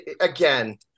again